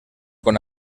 con